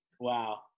wow